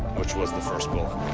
which was the first bullet.